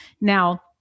Now